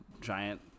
giant